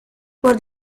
por